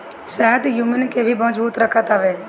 शहद इम्यून के भी मजबूत रखत हवे